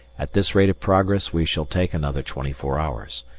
at this rate of progress we shall take another twenty four hours.